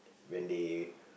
when they